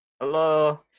Hello